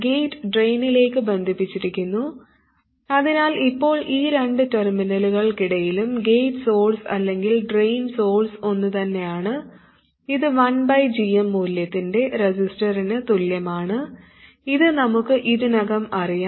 gate ഡ്രെയിനിലേക്ക് ബന്ധിപ്പിച്ചിരിക്കുന്നു അതിനാൽ ഇപ്പോൾ ഈ രണ്ട് ടെർമിനലുകൾക്കിടയിലും ഗേറ്റ് സോഴ്സ് അല്ലെങ്കിൽ ഡ്രെയിൻ സോഴ്സ് ഒന്നുതന്നെയാണ് ഇത് 1 gm മൂല്യത്തിൻറെ റെസിസ്റ്ററിന് തുല്യമാണ് ഇത് നമുക്ക് ഇതിനകം അറിയാം